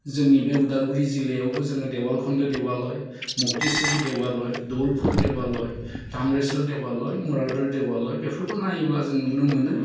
जोंनि बे उदालगुरी जिललायावबो देवालखुन्दु देवाल'य मक्तिसरि देवाल'य धलफुल देवाल'य ताम्रेश्वर देवाल'य मुरारद' देवाल'य बेफोरखौ नायोब्ला जों नुनो मोनो